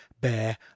bear